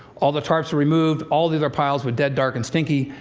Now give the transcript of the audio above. all the tarps were removed, all the other piles were dead, dark and stinky.